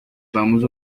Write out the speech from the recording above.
vamos